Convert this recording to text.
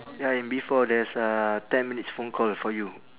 ya in B four there's a ten minutes phone call for you